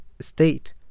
state